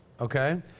okay